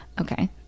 Okay